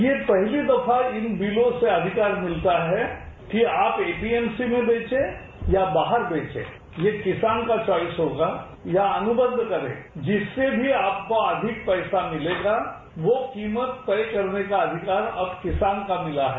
ये पहली दफा इन बिलों से अधिकार मिलता है कि आप एपीएमसी में बेंचे या बाहर बेंचे ये किसान का च्वाइस होगा या अनुबद्ध करें जिससे भी आपको अधिक पैसा मिलेगा वो कीमत तय करने का अधिकार अब किसान को मिला है